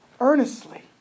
earnestly